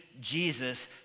Jesus